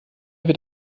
wird